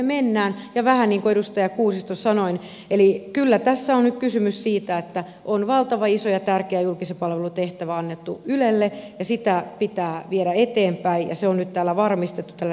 vähän niin kuin edustaja kuusiston sanoin kyllä tässä on nyt kysymys siitä että on valtavan iso ja tärkeä julkisen palvelun tehtävä annettu ylelle ja sitä pitää viedä eteenpäin ja se on nyt varmistettu tällä riittävällä tasolla